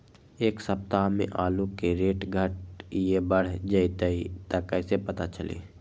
एक सप्ताह मे आलू के रेट घट ये बढ़ जतई त कईसे पता चली?